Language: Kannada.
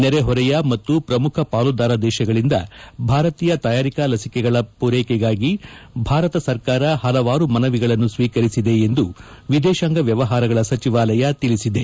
ನೆರೆಹೊರೆಯ ಮತ್ತು ಪ್ರಮುಖ ಪಾಲುದಾರ ದೇಶಗಳಿಂದ ಭಾರತೀಯ ತಯಾರಿಕಾ ಲಸಿಕೆಗಳ ಪೂರೈಕೆಗಾಗಿ ಭಾರತ ಸರ್ಕಾರ ಹಲವಾರು ಮನವಿಗಳನ್ನು ಸ್ಲೀಕರಿಸಿದೆ ಎಂದು ವಿದೇಶಾಂಗ ವ್ಯವಹಾರಗಳ ಸಚಿವಾಲಯ ತಿಳಿಸಿದೆ